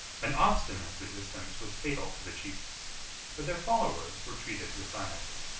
an obstinate resistance was fatal to the chiefs but their followers were treated with lenity.